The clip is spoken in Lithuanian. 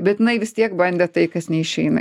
bet jinai vis tiek bandė tai kas neišeina